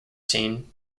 scene